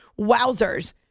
wowzers